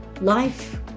Life